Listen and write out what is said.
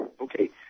Okay